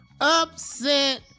Upset